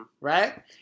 right